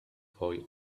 boy